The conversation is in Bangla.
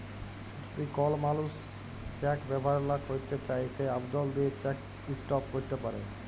যদি কল মালুস চ্যাক ব্যাভার লা ক্যইরতে চায় সে আবদল দিঁয়ে চ্যাক ইস্টপ ক্যইরতে পারে